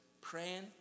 praying